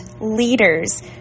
leaders